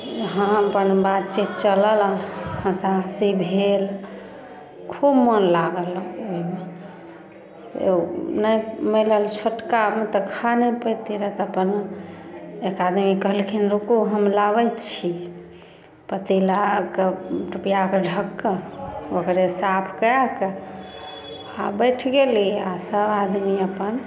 हँ अपन बातचीत चलल हँसा हँसी भेल खूब मन लागल ओहिमे एगो नहि मिलल छोटका अभी तक खा नहि पयतै रहे तऽ अपन एक आदमी कहलखिन रुकू हम लाबै छी पतीलाके पटियाके ढक्कन ओकरे साफ कए कऽ आ बैठ गेली आ सब आदमी अप्पन